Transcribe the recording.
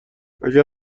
اگر